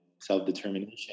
self-determination